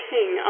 King